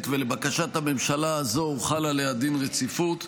ולבקשת הממשלה הזו הוחל עליה דין רציפות.